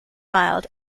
mild